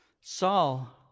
Saul